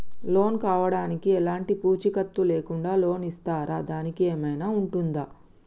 Loan కావడానికి ఎలాంటి పూచీకత్తు లేకుండా లోన్ ఇస్తారా దానికి ఏమైనా ఉంటుందా?